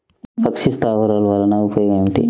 పక్షి స్థావరాలు వలన ఉపయోగం ఏమిటి?